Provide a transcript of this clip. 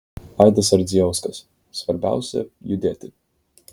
aidas ardzijauskas svarbiausia judėti